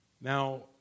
Now